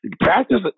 practice